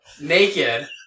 naked